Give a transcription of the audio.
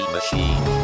Machine